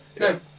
No